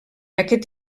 aquest